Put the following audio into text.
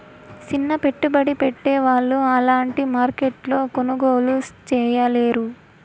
సిన్న పెట్టుబడి పెట్టే వాళ్ళు అలాంటి మార్కెట్లో కొనుగోలు చేయలేరు